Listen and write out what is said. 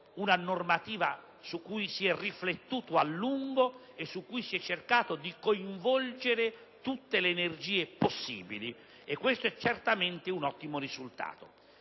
una normativa su cui si è riflettuto a lungo cercando di coinvolgere tutte le energie possibili e questo è certamente un ottimo risultato;